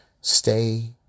Stay